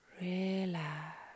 relax